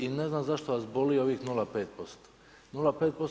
I ne znam zašto vas boli ovih 0,5%